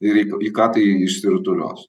ir į į ką tai išsirutulios